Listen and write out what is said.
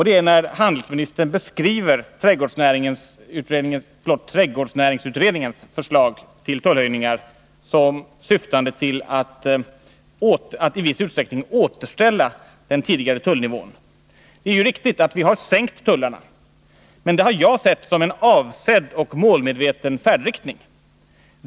Det är när handelsministern beskriver trädgårdsnäringsutredningens förslag till tullhöjningar som syftande till att i viss utsträckning återställa den tidigare tullnivån. Det är riktigt att vi har sänkt tullarna, men det har jag sett som en avsedd och målmedveten färdriktning.